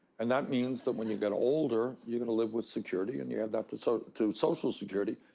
and that means that when you get older, you're gonna live with security and you add that to so to social security,